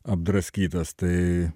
apdraskytas tai